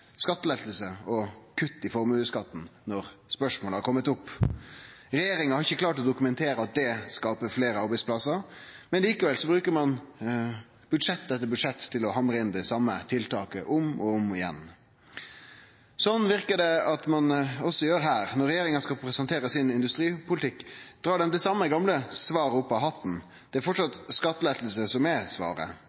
skattelette og kutt i formuesskatten når spørsmålet har kome opp. Regjeringa har ikkje klart å dokumentere at det skaper fleire arbeidsplassar, men likevel bruker ein budsjett etter budsjett til å hamre inn det same tiltaket, om og om igjen. Slik verkar det som ein også gjer her. Når regjeringa skal presentere sin industripolitikk, dreg ein det same gamle svaret opp av hatten. Det er framleis skattelette som er svaret.